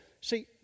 See